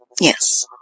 Yes